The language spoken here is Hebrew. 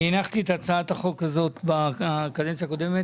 הנחתי את הצעת החוק הזאת בקדנציה הקודמת